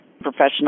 professional